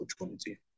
opportunity